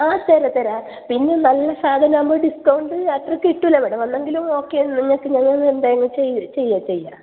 ആ തരാം തരാം പിന്നെ നല്ല സാധനം ആവുമ്പോൾ ഡിസ്കൗണ്ട് അത്ര കിട്ടില്ല മേഡം എന്നെങ്കിലും ഓക്കെ നിങ്ങൾക്ക് ഞങ്ങൾ ഇതെന്തായാലും ചെയ് ചെയ്യാം ചെയ്യാം